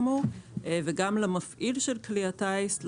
וגם למפעיל של כלי הטיס.